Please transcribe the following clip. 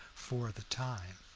for the time.